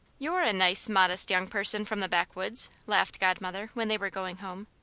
you're a nice, modest young person from the backwoods, laughed godmother when they were going home,